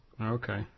Okay